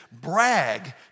brag